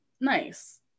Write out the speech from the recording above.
Nice